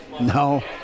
No